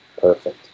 Perfect